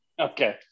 Okay